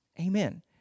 amen